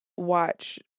watch